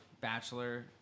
bachelor